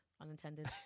unintended